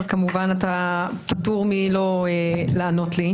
אתה פטור מלענות לי,